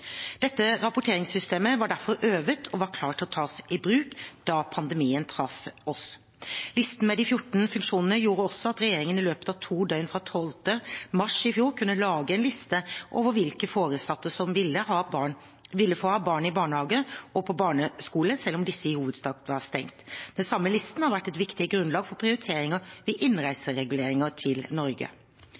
da pandemien traff oss. Listen med de 14 funksjonene gjorde også at regjeringen i løpet av to døgn fra 12. mars i fjor kunne lage en liste over hvilke foresatte som ville få ha barn i barnehage og på barneskole selv om disse i hovedsak var stengt. Den samme listen har vært et viktig grunnlag for prioriteringer ved innreisereguleringer til Norge.